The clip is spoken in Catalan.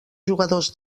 jugadors